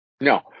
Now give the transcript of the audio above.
No